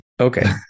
Okay